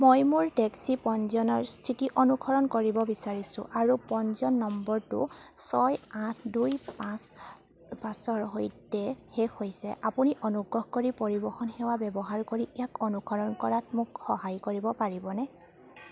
মই মোৰ টেক্সি পঞ্জীয়নৰ স্থিতি অনুসৰণ কৰিব বিচাৰিছোঁ আৰু পঞ্জীয়ন নম্বৰটো ছয় আঠ দুই পাঁচ পাঁচৰ সৈতে শেষ হৈছে আপুনি অনুগ্ৰহ কৰি পৰিবহণ সেৱা ব্যৱহাৰ কৰি ইয়াক অনুসৰণ কৰাত মোক সহায় কৰিব পাৰিবনে